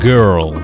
Girl